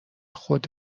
خود